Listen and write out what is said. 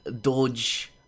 Dodge